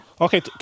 Okay